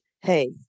Hey